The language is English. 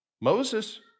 Moses